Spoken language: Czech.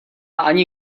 ani